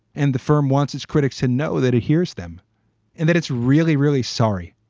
and the firm wants its critics to know that it hears them and that it's really, really sorry.